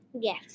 Yes